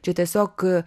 čia tiesiog